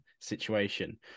situation